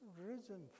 risen